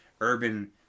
urban